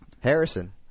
Harrison